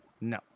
No